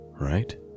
right